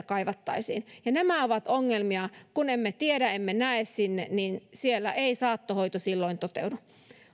kaivattaisiin ja nämä ovat ongelmia kun emme tiedä ja emme näe sinne niin siellä ei saattohoito silloin toteudu